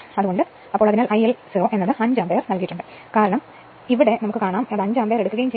അതിനാൽ IL 0 ന് 5 ampere നൽകിയിട്ടുണ്ട് കാരണം ഇവിടെ അത് ലോഡ് ഇല്ലാത്ത കോൾ നൽകുകയും 5 ആമ്പിയർ എടുക്കുകയും ചെയ്യുന്നു